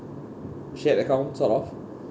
shared account sort of